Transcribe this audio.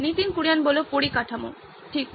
নীতিন কুরিয়ান পরিকাঠামো ঠিক